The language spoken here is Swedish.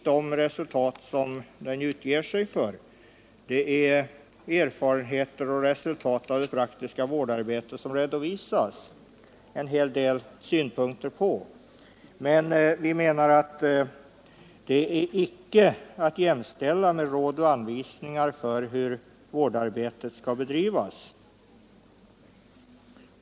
Där redovisas alltså en hel del synpunkter på erfarenheter och resultat av det praktiska vårdarbetet. Vi menar dock att detta icke är att jämställa med råd och anvisningar för hur vårdarbetet skall bedrivas.